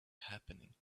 happening